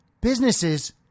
Businesses